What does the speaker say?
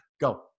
Go